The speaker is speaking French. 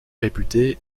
réputé